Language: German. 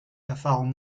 erfahrung